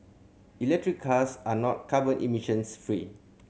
electric cars are not carbon emissions free